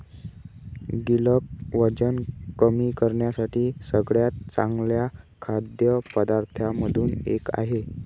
गिलक वजन कमी करण्यासाठी सगळ्यात चांगल्या खाद्य पदार्थांमधून एक आहे